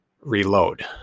reload